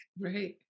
right